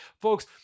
Folks